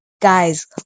Guys